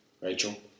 Rachel